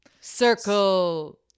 circle